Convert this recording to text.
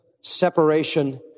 separation